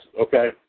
okay